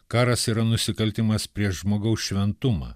karas yra nusikaltimas prieš žmogaus šventumą